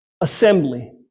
assembly